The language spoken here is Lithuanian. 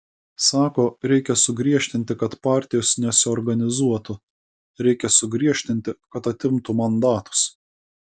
sako reikia sugriežtinti kad partijos nesiorganizuotų reikia sugriežtinti kad atimtų mandatus